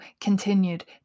continued